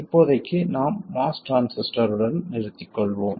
இப்போதைக்கு நாம் MOS டிரான்சிஸ்டருடன் நிறுத்திக்கொள்வோம்